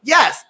Yes